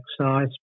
size